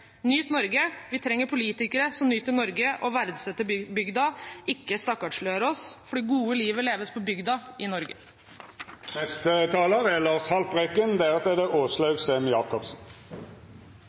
Norge». Vi trenger politikere som nyter Norge og verdsetter bygda. Ikke stakkarsliggjør oss, for det gode livet leves på bygda i Norge. Samtidig med at vi ser en akselererende klimakrise, er